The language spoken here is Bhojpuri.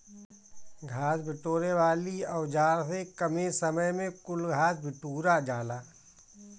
घास बिटोरे वाली औज़ार से कमे समय में कुल घास बिटूरा जाला